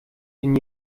den